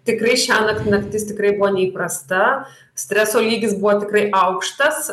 tikrai šiąnakt naktis tikrai buvo neįprasta streso lygis buvo tikrai aukštas